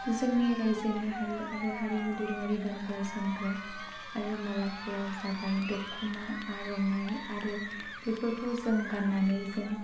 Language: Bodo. जोंनि रायजोनि हारि आरो हारिमु दोरोङारि गानग्रा जोमग्रा आरो मालाफोरा जाबाय दख'ना आर'नाइ आरो बेफोरखौ जों गाननानै जों